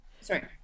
sorry